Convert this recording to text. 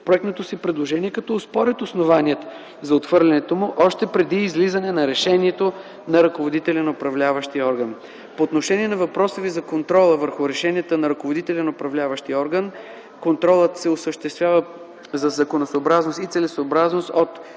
проектното си предложение, като оспорят основанията за отхвърлянето му още преди излизане на решението на ръководителя на управляващия орган. По отношение на въпроса Ви за контрола върху решенията на ръководителя на управляващия орган, контролът се осъществява за законосъобразност и целесъобразност от: